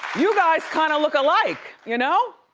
you guys kind of look alike, you know?